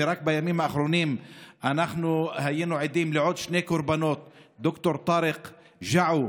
רק בימים האחרונים אנחנו היינו עדים לעוד שני קורבנות: ד"ר טארק ג'עו,